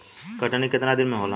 कटनी केतना दिन में होला?